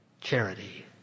charity